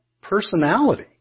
personality